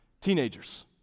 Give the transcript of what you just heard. Teenagers